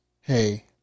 hey